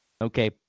Okay